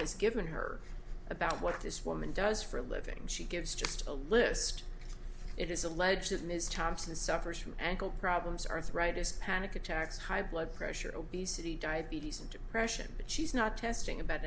has given her about what this woman does for a living she gives just a list it is alleged that ms thompson suffers from ankle problems arthritis panic attacks high blood pressure obesity diabetes and depression but she's not testing about